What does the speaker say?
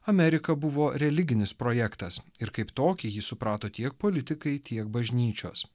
amerika buvo religinis projektas ir kaip tokį jį suprato tiek politikai tiek bažnyčios